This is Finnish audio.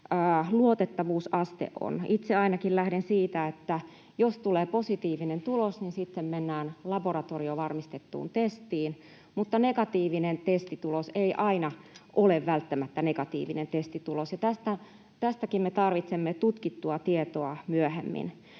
luotettavuusaste on. Itse ainakin lähden siitä, että jos tulee positiivinen tulos, niin sitten mennään laboratoriovarmistettavaan testiin, mutta negatiivinen testitulos ei aina ole välttämättä negatiivinen testitulos, ja tästäkin me tarvitsemme tutkittua tietoa myöhemmin.